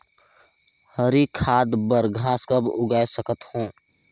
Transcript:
हरी खाद बर घास कब उगाय सकत हो?